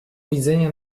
widzenia